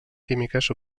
químiques